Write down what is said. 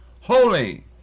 holy